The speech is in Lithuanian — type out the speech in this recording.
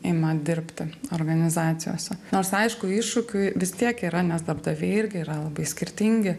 ima dirbti organizacijose nors aišku iššūkių vis tiek yra nes darbdaviai irgi yra labai skirtingi